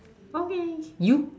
okay you